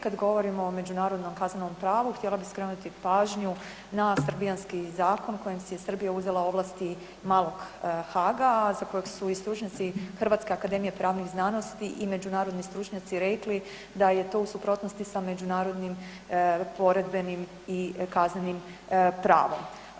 Kada govorimo o međunarodnom kaznenom pravu, htjela bih skrenuti pažnju na srbijanski zakon kojim si je Srbija uzela ovlasti malog Haaga, a za kojeg su i stručnjaci Hrvatske akademije pravnih znanosti i međunarodni stručnjaci rekli da je to u suprotnosti sa međunarodnim poredbenim i kaznenim pravom.